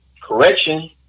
correction